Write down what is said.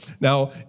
Now